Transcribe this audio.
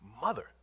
mother